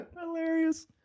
Hilarious